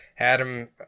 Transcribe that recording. Adam